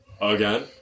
again